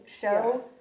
show